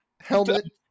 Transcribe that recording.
helmet